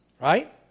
Right